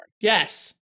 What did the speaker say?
Yes